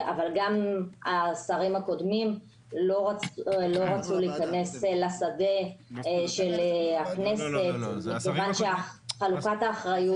אבל גם השרים הקודמים לא רצו להיכנס לשדה של הכנסת מכיוון שחלוקת האחריות